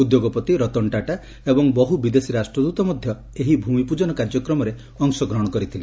ଉଦ୍ୟୋଗପତି ରତନ୍ ଟାଟା ଏବଂ ବହୁ ବିଦେଶୀ ରାଷ୍ଟ୍ରଦ୍ଦତ ମଧ୍ଧ ଏହି ଭ୍ମିପ୍ଜନ କାର୍ଯ୍ୟକ୍ରମରେ ଅଂଶଗ୍ରହଣ କରିଥିଲେ